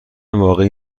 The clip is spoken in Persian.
واقعی